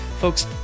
Folks